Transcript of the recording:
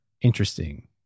interesting